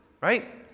Right